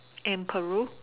in Peru